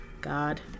God